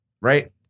right